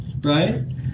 right